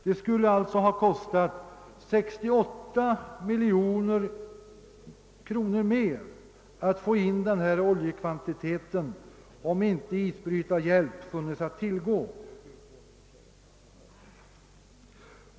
Det skulle alltså ha kostat 68 miljoner mer att få in den här oljekvantiteten om inte isbrytarhjälp funnits att tillgå.